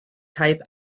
type